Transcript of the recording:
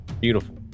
Beautiful